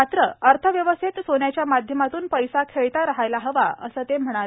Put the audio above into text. मात्र अर्थव्यवस्थेत सोन्याच्या माध्यमातून पैसा खेळता राहिला हवा असं ते म्हणाले